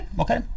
Okay